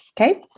Okay